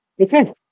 okay